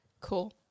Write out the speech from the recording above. cool